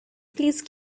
please